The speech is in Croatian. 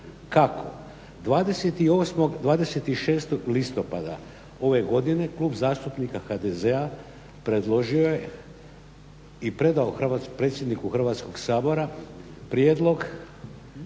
Kako? 26.listopada ove godine Klub zastupnika HDZ-a predložio je i predao predsjedniku Hrvatskog sabora prijedlog